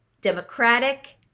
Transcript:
Democratic